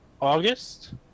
August